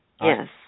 yes